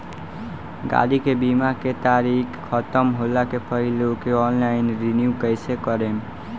गाड़ी के बीमा के तारीक ख़तम होला के पहिले ओके ऑनलाइन रिन्यू कईसे करेम?